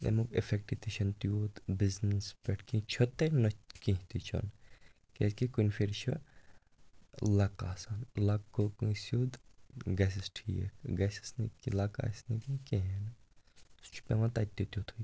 اَمیُک اِفیٚکٹہٕ تہِ چھُ نہٕ تیٛوٗت بِزنِس پٮ۪ٹھ کیٚنٛہہ چھُ تہٕ نہَ کیٚنٛہہ تہِ چھُ نہٕ کیٛازِکہِ کُنہِ پھِرِ چھُ لَک آسان لَک گوٚو کٲنٛسہِ سیٚود گَژھٮ۪س ٹھیٖک گَژھٮ۪س نہٕ کیٚنٛہہ لَک آسٮ۪س نہٕ کیٚنٛہہ کِہیٖنٛۍ نہٕ سُہ چھُ پٮ۪وان تَتہِ تہِ تِتھُے